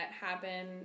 happen